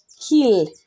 Heal